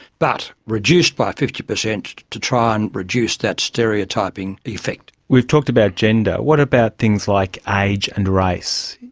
but reduced by fifty percent to try and reduce that stereotyping effect. we've talked about gender, what about things like age and race?